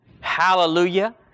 Hallelujah